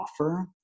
offer